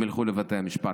הן ילכו לבתי המשפט.